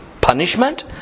punishment